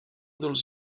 dels